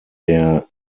der